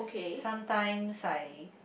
sometimes I